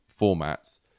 formats